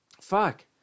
fuck